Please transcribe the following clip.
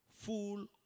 Full